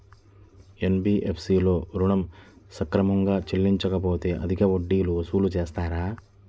NBFC లలో ఋణం సక్రమంగా చెల్లించలేకపోతె అధిక వడ్డీలు వసూలు చేస్తారా?